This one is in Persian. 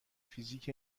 فیزیک